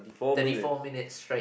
thirty four minutes straight